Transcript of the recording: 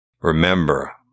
Remember